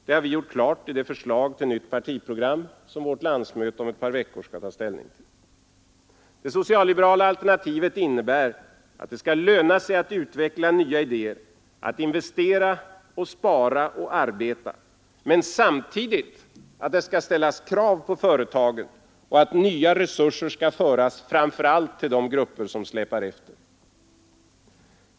Det har vi gjort klart i det förslag till nytt partiprogram som vårt landsmöte om ett par veckor skall ta ställning till. Det socialliberala alternativet innebär att det skall löna sig att utveckla nya idéer, att investera, spara och arbeta men samtidigt att det skall ställas krav på företagen och att nya resurser skall föras framför allt till de grupper som släpar efter.